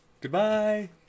Goodbye